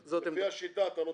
תקציבית,